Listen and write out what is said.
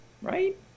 Right